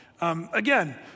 Again